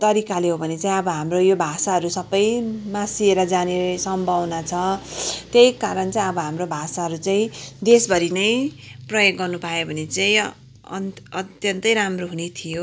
तरिकाले हो भने चाहिँ अब हाम्रो यो भाषाहरू सबै मासिएर जाने सम्भावना छ त्यहि कारण चाहिँ अब हाम्रो भाषाहरू चाहिँ देश भरि नै प्रयोग गर्नु पाए भने चाहिँ अन्त अत्यन्तै राम्रो हुने थियो